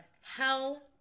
Hell